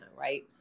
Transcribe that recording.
right